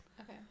Okay